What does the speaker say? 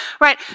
Right